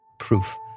proof